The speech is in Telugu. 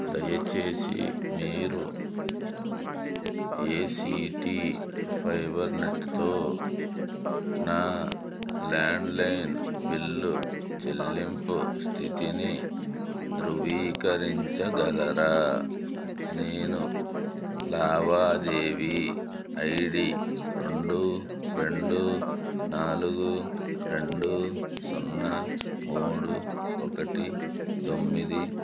దయచేసి మీరు ఏసీటీ ఫైబర్నెట్తో నా ల్యాండ్లైన్ బిల్లు చెల్లింపు స్థితిని ధృవీకరించగలరా నేను లావాదేవి ఐడి రెండు రెండు నాలుగు రెండు సున్నా మూడు ఒకటి తొమ్మిది